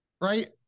Right